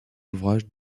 ouvrages